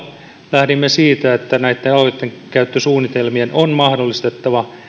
lähdimme siitä että näitten alueittenkäyttösuunnitelmien on mahdollistettava